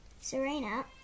Serena